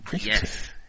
Yes